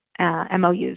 MOUs